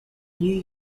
new